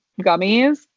gummies